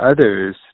others